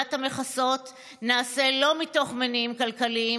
והגדלת המכסות נעשה לא מתוך מניעים כלכליים,